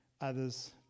others